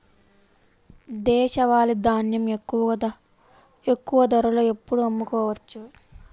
దేశవాలి ధాన్యం ఎక్కువ ధరలో ఎప్పుడు అమ్ముకోవచ్చు?